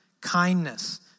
kindness